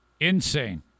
insane